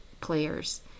players